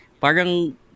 Parang